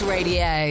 Radio